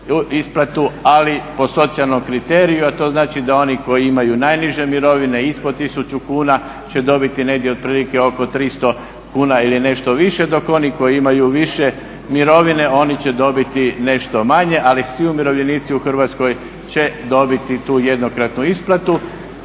ali po socijalnom kriteriju, a to znači da oni koji imaju najniže mirovine ispod 1000 kuna će dobiti negdje otprilike oko 300 kuna ili nešto više, dok oni koji imaju više mirovine oni će dobiti nešto manje, ali svi umirovljenici u Hrvatskoj će dobiti tu jednokratnu isplatu.